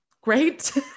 great